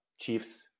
Chiefs